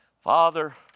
Father